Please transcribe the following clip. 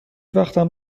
وقتم